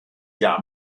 jahr